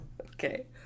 okay